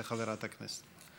לחברת הכנסת.